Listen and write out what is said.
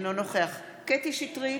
אינו נוכח קטי קטרין שטרית,